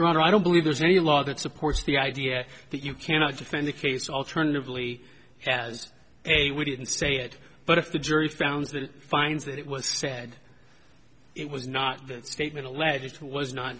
honor i don't believe there's any law that supports the idea that you cannot defend the case alternatively as a we didn't say it but if the jury found that finds that it was said it was not the statement alleged was not